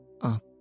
Up